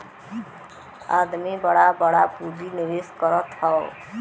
आदमी बड़ा बड़ा पुँजी निवेस करत हौ